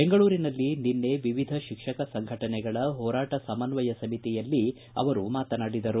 ಬೆಂಗಳೂರಿನಲ್ಲಿ ನಿನ್ನೆ ವಿವಿಧ ಶಿಕ್ಷಕ ಸಂಘಟನೆಗಳ ಹೋರಾಟ ಸಮನ್ವಯ ಸಮಿತಿಯಲ್ಲಿ ಅವರು ಮಾತನಾಡಿದರು